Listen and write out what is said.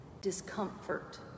discomfort